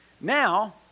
Now